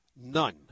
None